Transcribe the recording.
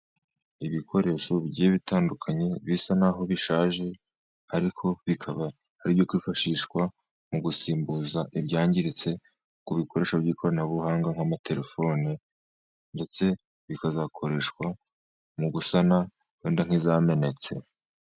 Ibikoresho bigiye bitandukanye bisa n'aho bishaje, ariko bikaba aribyo kwifashishwa mu gusimbuza ibyangiritse ku bikoresho by'ikoranabuhanga nk'amatelefoni, ndetse bikazakoreshwa mu gusana wenda nk'izamenetse.